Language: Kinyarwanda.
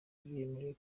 bemerewe